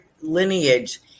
lineage